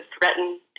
threaten